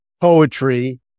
poetry